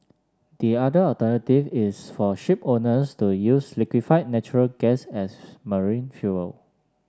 the other alternative is for shipowners to use liquefied natural gas as marine fuel